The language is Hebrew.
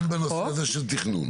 גם בנושא הזה של תכנון.